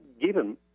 given